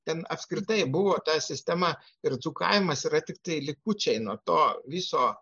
ten apskritai buvo ta sistema ir kaimas yra tiktai likučiai nuo to viso